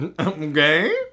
okay